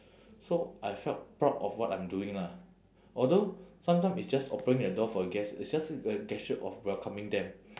so I felt proud of what I'm doing lah although sometime it's just opening the door for guest it's just a gesture of welcoming them